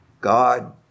God